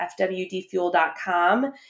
fwdfuel.com